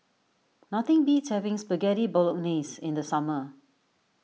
nothing beats having Spaghetti Bolognese in the summer